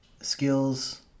skills